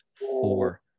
four